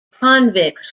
convicts